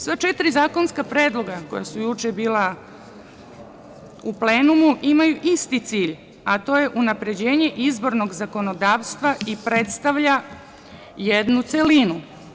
Sva četiri zakonska predloga koja su juče bila u plenumu imaju isti cilj, a to je unapređenje izbornog zakonodavstva i predstavlja jednu celinu.